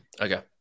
Okay